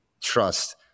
trust